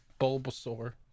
Bulbasaur